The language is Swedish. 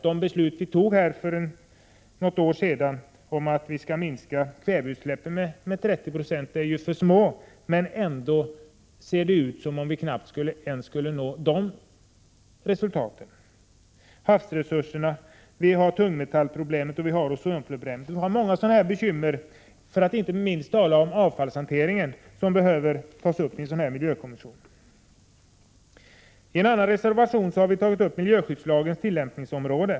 Det beslut vi fattade för något år sedan om att man skulle minska kväveutsläppen med 30 96 är ju otillräckligt, men ändå ser det ut som om vi knappt skulle nå ens det resultatet. Det gäller havsresurserna, det gäller tungmetallproblemet osv. Vi har många sådana här bekymmer — för att inte tala om avfallshanteringen — som behöver tas upp i en miljökommission. I en annan reservation har vi tagit upp frågan om miljöskyddslagens tillämpningsområde.